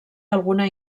alguna